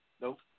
Nope